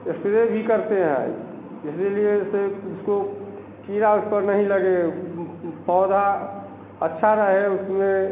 spray भी करते हैं इसी लिए इसे उसको कीड़ा उस पर नहीं लगेगा पौधा अच्छा रहे उसमें